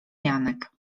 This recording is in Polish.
janek